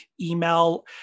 email